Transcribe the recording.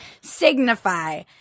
signify